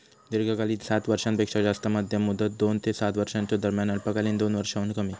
दीर्घकालीन सात वर्षांपेक्षो जास्त, मध्यम मुदत दोन ते सात वर्षांच्यो दरम्यान, अल्पकालीन दोन वर्षांहुन कमी